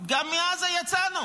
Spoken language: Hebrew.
גם מעזה יצאנו,